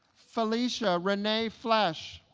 felicia renae flesch